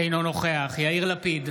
אינו נוכח יאיר לפיד,